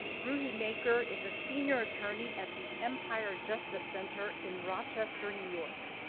ruhi maker is a senior attorney at the empire justice center in rochester, new york.